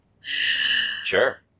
Sure